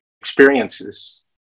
experiences